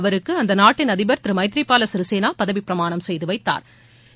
அவருக்கு அந்த நாட்டின் அதிபர் திரு மைத்ரி பால சிறிசேனா பதவி பிரமாணம் செய்து வைத்தாா்